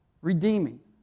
Redeeming